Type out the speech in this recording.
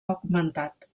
augmentat